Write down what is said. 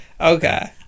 Okay